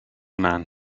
man